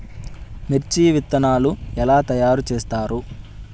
మిర్చి విత్తనాలు ఎలా తయారు చేస్తారు?